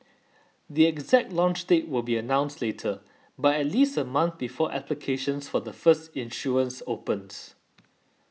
the exact launch date will be announced later but at least a month before applications for the first issuance open